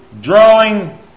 drawing